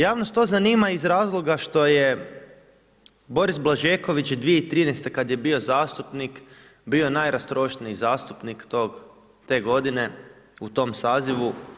Javnost to zanima iz razloga što je Boris Blažeković, 2013. kad je bio zastupnik, bio najrastrošniji zastupnik te godine u tom sazivu.